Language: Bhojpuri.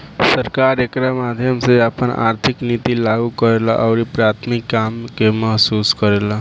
सरकार एकरा माध्यम से आपन आर्थिक निति लागू करेला अउरी प्राथमिक काम के महसूस करेला